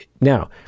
now